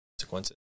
consequences